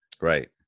Right